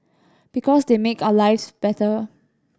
because they make our lives better